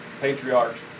patriarchs